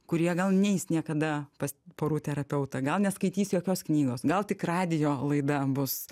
kurie gal neis niekada pas porų terapeutą gal neskaitys jokios knygos gal tik radijo laida bus